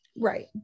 Right